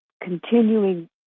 Continuing